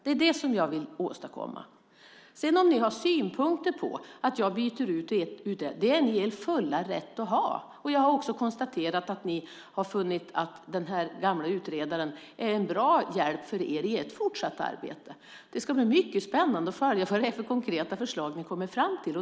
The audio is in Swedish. Det är det som jag vill åstadkomma. Om ni sedan har synpunkter på att jag byter ut folk har ni full rätt att ha det. Jag har också konstaterat att ni har funnit att den gamla utredaren är en bra hjälp för er i ert fortsatta arbete. Det ska bli mycket spännande att följa vilka konkreta förslag som ni kommer fram till.